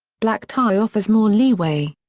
black tie offers more leeway.